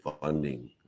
funding